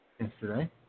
Yesterday